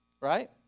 Right